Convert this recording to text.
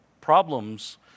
problems